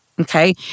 okay